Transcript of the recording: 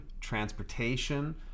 transportation